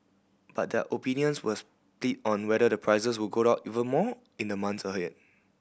but their opinions were split on whether the prices would go up even more in the months ahead